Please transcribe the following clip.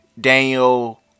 Daniel